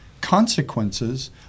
consequences